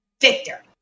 Victor